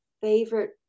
favorite